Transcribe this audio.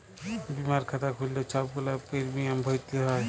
বীমার খাতা খ্যুইল্লে ছব গুলা পিরমিয়াম ভ্যইরতে হ্যয়